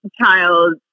child